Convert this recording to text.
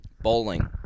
Bowling